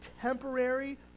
temporary